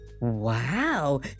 Wow